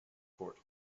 court